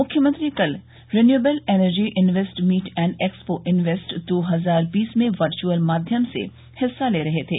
मुख्यमंत्री कल renewable energy invest meet and expo invest दो हजार बीस में वर्च्अल माध्यम से हिस्सा ले रहे थे